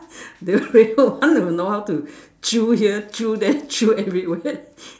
the real one will know how to chew here chew there chew everywhere